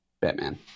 Batman